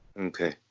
Okay